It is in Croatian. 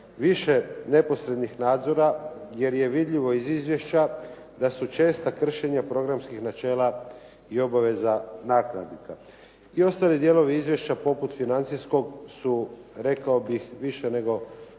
više neposrednih nadzora, jer je vidljivo iz izvješća da su česta kršenja programskih načela i obaveza nakladnika. I ostali dijelovi izvješća poput financijskog su rekao bih više nego